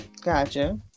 gotcha